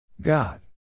God